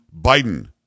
Biden